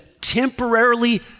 temporarily